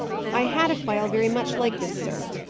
i had a phial very much like this, sir,